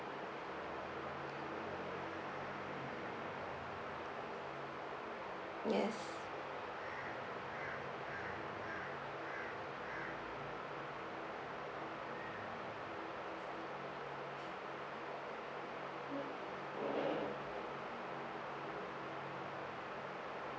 yes